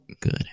good